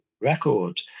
record